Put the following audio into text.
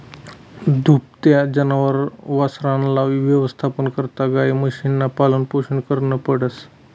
दुभत्या जनावरसना यवस्थापना करता गायी, म्हशीसनं पालनपोषण करनं पडस